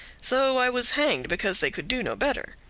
so i was hanged because they could do no better.